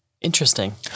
Interesting